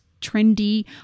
trendy